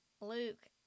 Luke